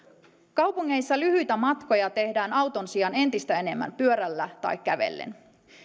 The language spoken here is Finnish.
kaupungeissa lyhyitä matkoja tehdään auton sijaan entistä enemmän pyörällä tai kävellen